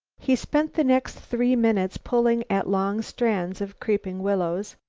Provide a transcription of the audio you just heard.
he spent the next three minutes pulling at long strands of creeping willows.